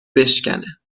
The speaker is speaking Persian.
بشکنه